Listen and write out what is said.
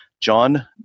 John